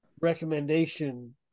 recommendation